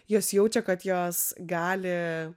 jos jaučia kad jos gali